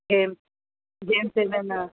game games ఏమైనా